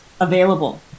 available